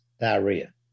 diarrhea